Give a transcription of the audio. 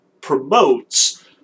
promotes